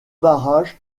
barrage